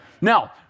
Now